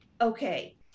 okay